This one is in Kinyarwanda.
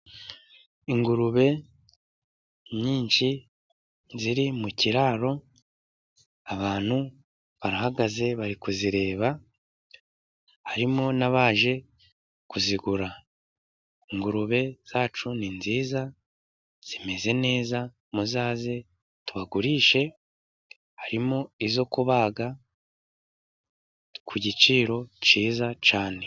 Ingurube nyinshi ziri mu kiraro. Abantu barahagaze bari kuzireba, harimo n'abaje kuzigura. Ingurube zacu ni nziza zimeze neza, muzaze tubagurishe harimo izo kubaga, ku giciro cyiza cyane.